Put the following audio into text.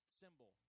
symbol